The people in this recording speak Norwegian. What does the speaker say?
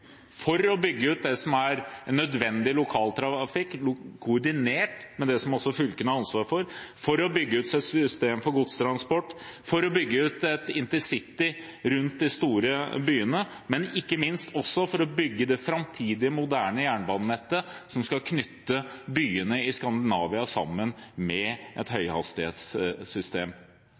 for å bygge ut det som er nødvendig lokaltrafikk koordinert med det som også fylkene har ansvar for, for å bygge ut et system for godstransport, for å bygge ut et intercitysystem rundt de store byene, og ikke minst for å bygge ut det framtidige moderne jernbanenettet som skal knytte byene i Skandinavia sammen med et